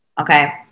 Okay